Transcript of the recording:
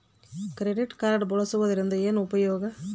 Credit card ಬಳಸುವದರಿಂದ ಏನು ಉಪಯೋಗ?